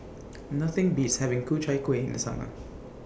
Nothing Beats having Ku Chai Kuih in The Summer